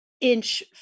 inch